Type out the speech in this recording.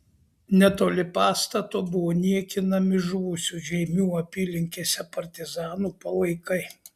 netoli pastato buvo niekinami žuvusių žeimių apylinkėse partizanų palaikai